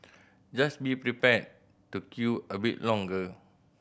just be prepared to queue a bit longer